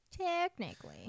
technically